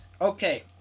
Okay